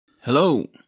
Hello